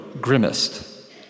grimaced